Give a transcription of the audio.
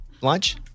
Lunch